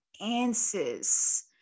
answers